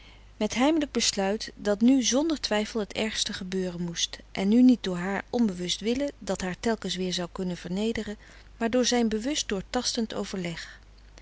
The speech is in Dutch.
koele meren des doods zonder twijfel het ergste gebeuren moest en nu niet door haar onbewust willen dat haar telkens weer zou kunnen vernederen maar door zijn bewust doortastend overleg